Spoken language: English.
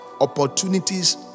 opportunities